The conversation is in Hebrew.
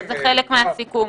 שזה חלק מהסיכום,